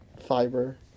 fiber